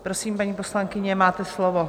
Prosím, paní poslankyně, máte slovo.